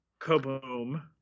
kaboom